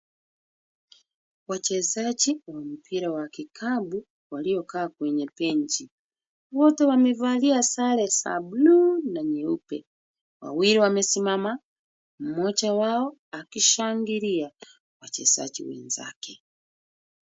Wachezaji wa mpira wa kikapu waliokaa kwenye benchi. Wote wamevalia sare za blue na nyeupe. Wawili wamesimama. Mmoja wao akishangilia wachezaji wenzake.